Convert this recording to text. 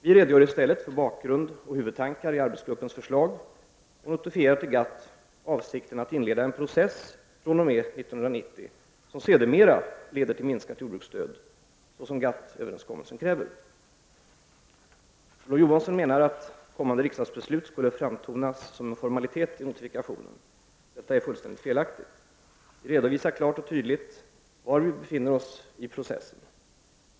Vi redogör i stället för bakgrund och huvudtankar i arbetsgruppens förslag och notifierar till GATT avsikten att inleda en process fr.o.m. 1900 som sedermera leder till minskat jordbruksstöd såsom GATT-överenskommelsen kräver. Olof Johansson menar att ”kommande riksdagsbeslut skulle framtonas som en formalitet” i notifikationen. Detta är fullständigt felaktigt. Vi redovisar klart och tydligt var vi befinner oss i processen.